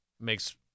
makes –